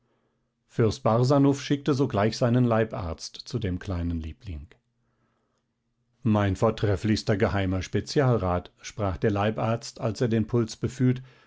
fürst barsanuph schickte sogleich seinen leibarzt zu dem kleinen liebling mein vortrefflichster geheimer spezialrat sprach der leibarzt als er den puls befühlt